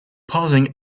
pausing